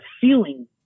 feeling